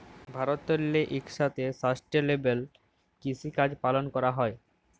ভারতেল্লে ইকসাথে সাস্টেলেবেল কিসিকাজ পালল ক্যরা হ্যয়